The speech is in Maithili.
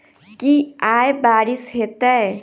की आय बारिश हेतै?